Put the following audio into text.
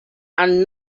and